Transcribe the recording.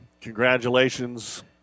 Congratulations